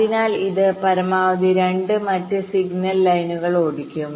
അതിനാൽ ഇത് പരമാവധി 2 മറ്റ് സിഗ്നൽ ലൈനുകൾ ഓടിക്കും